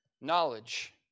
knowledge